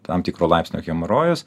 tam tikro laipsnio hemorojus